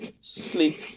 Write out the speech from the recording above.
Sleep